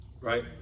right